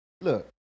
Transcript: Look